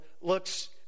looks